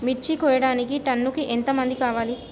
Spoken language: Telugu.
మిర్చి కోయడానికి టన్నుకి ఎంత మంది కావాలి?